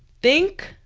think